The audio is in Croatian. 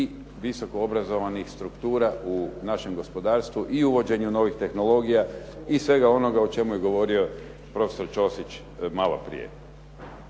i visoko obrazovanih struktura u našem gospodarstvu i uvođenju novih tehnologija i svega onoga o čemu je govorio profesor Ćosić malo prije.